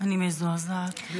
אני מזועזעת.